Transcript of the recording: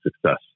success